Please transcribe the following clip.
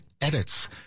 edits